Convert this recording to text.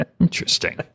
Interesting